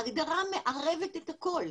ההגדרה מערבת את הכול,